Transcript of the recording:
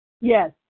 Yes